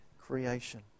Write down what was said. creation